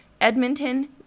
edmonton